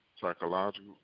psychological